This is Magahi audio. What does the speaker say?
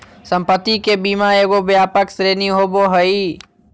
संपत्ति के बीमा एगो व्यापक श्रेणी होबो हइ